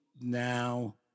now